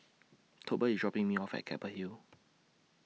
Tolbert IS dropping Me off At Keppel Hill